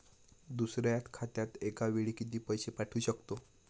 दुसऱ्या खात्यात एका वेळी किती पैसे पाठवू शकतो?